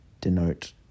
denote